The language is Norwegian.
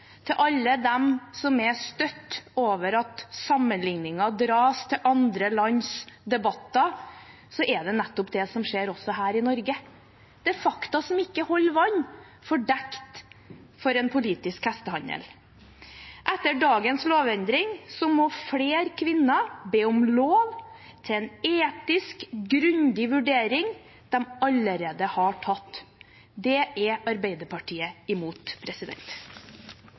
Til alle dem som er støtt av at sammenligningen til andre lands debatter dras: Det er nettopp det som skjer også her i Norge – det er fakta som ikke holder vann, fordekt for en politisk hestehandel. Etter dagens lovendring må flere kvinner be om lov til en etisk, grundig vurdering de allerede har tatt. Det er Arbeiderpartiet imot.